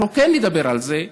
נדבר על זה,